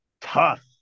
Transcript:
tough